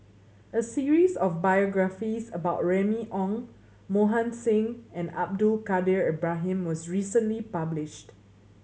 a series of biographies about Remy Ong Mohan Singh and Abdul Kadir Ibrahim was recently published